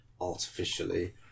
artificially